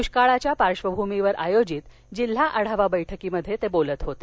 दुष्काळाच्या पार्श्वभूमीवर आयोजित जिल्हा आढावा बैठकीत ते बोलत होते